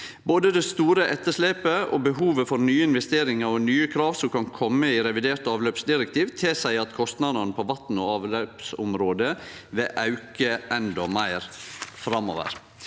Både det store etterslepet og behovet for nye investeringar og nye krav som kan kome i revidert avløpsdirektiv, tilseier at kostnadene på vassog avløpsområdet vil auke endå meir framover.